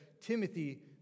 Timothy